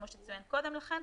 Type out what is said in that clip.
כמו שצוין קודם לכן,